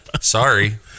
sorry